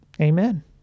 Amen